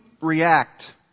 react